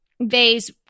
vase